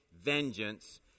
vengeance